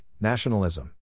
nationalism